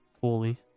fully